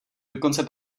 dokonce